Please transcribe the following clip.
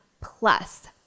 plus